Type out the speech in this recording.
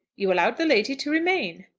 you allowed the lady to remain.